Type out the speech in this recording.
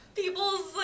people's